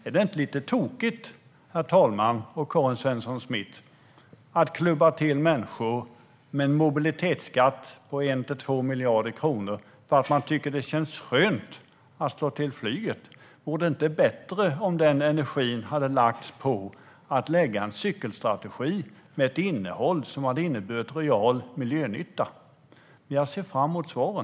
Är det inte lite tokigt, herr talman och Karin Svensson Smith, att klubba till människor med en mobilitetsskatt på 1-2 miljarder kronor för att man tycker att det känns skönt att slå till flyget? Vore det inte bättre om den energin hade använts till att lägga fram en cykelstrategi med ett innehåll som hade inneburit reell miljönytta? Jag ser fram emot svaren.